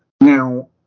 now